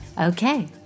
Okay